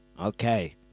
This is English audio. Okay